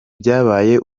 byabaye